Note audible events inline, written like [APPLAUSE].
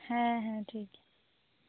ᱦᱮᱸ ᱦᱮᱸ ᱴᱷᱤᱠ [UNINTELLIGIBLE]